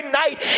night